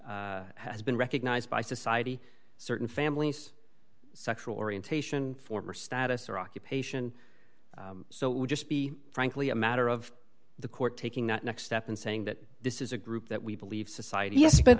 has been recognized by society certain families sexual orientation former status or occupation so it would just be frankly a matter of the court taking that next step and saying that this is a group that we believe society yes b